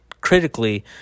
critically